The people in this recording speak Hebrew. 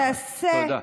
תודה.